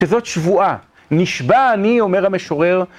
וזאת שבועה, נשבע אני אומר המשורר